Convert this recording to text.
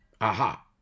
Aha